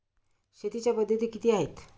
शेतीच्या पद्धती किती आहेत?